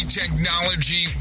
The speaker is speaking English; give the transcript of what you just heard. technology